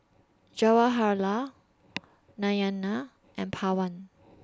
Jawaharlal Narayana and Pawan